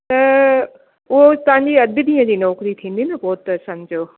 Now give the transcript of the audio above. त उहो तव्हां जी अधु ॾींहं जी नौकरी थींदी न पोइ त समिझो